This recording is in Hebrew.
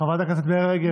חברת הכנסת מירי רגב,